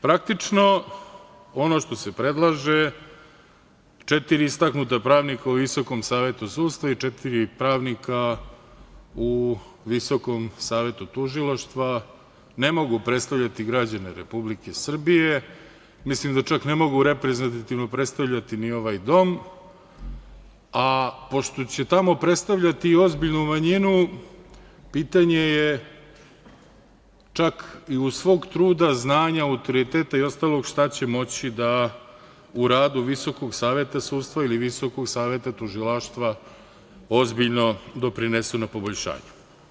Praktično, ono što se predlaže, četiri istaknuta pravnika u Visokom savetu sudstva i četiri pravnika u Visokom savetu tužilaštva, ne mogu predstavljati građane Republike Srbije, a mislim da čak ne mogu reprezentativno predstavljati ni ovaj dom, a pošto će tamo predstavljati ozbiljnu manjinu, pitanje je čak i uz svog truda, znanja, autoriteta i ostalog, šta će moći da u radu Visokog saveta sudstva ili Visokog saveta tužilaštva ozbiljno doprinese na poboljšanju.